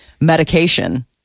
medication